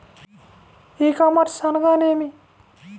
ఈ కామర్స్ అనగానేమి?